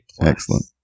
Excellent